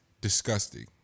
Disgusting